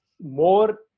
more